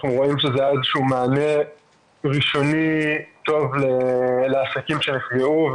אנחנו רואים שזה היה מענה ראשוני טוב לעסקים שנפגעו,